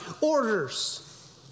orders